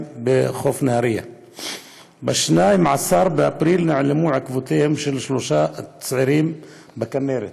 ב-30 ביוני נעלמו עקבותיו של עלי אבו ע'ריבה מירושלים המזרחית בכינרת,